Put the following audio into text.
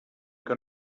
que